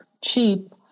cheap